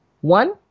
One